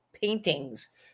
paintings